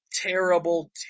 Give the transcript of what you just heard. terrible